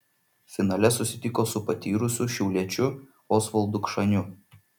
finale susitiko su patyrusiu šiauliečiu osvaldu kšaniu